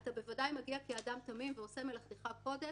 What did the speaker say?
אתה בוודאי מגיע כאדם תמים ועושה מלאכתך קודש.